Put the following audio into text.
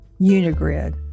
Unigrid